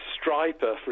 Striper